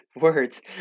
words